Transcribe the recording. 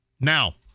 Now